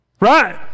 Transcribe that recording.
Right